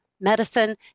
Medicine